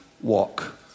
walk